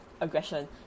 aggression